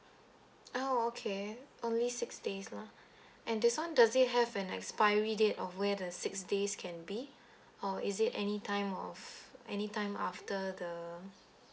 oh okay only six days lah and this one does it have an expiry date of where the six days can be or is it any time of any time after the